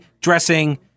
Dressing